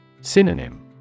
Synonym